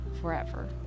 forever